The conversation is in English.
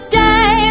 day